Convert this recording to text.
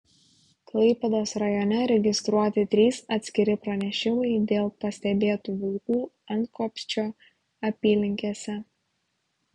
klaipėdos rajone registruoti trys atskiri pranešimai dėl pastebėtų vilkų antkopčio apylinkėse